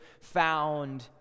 found